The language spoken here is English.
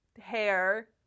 hair